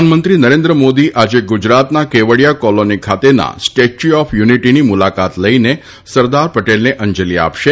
પ્રધાનમંત્રી નરેન્દ્ર મોદી આજે ગુજરાતના કેવડીયા કોલોની ખાતેના સ્ટેચ્યુ ઓફ યુનીટીની મુલાકાત લઇને સરાદર પટેલને અંજલી આપશે